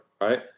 Right